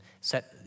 set